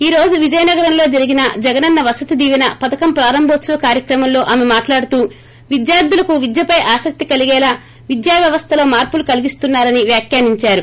ఈ రోజు విజయనగరంలో జరిగిన జగనన్న వసతి దీపెన పధకం ప్రారంభోత్సవ కార్యక్రమంలో ఆమె మాట్లాడుతూ విద్యార్దులకు విద్యపై ఆసక్తి కలిగేలా విద్యావ్యవస్థలో మార్పులు కలిగిస్తున్సారని వ్యాఖ్యానించారు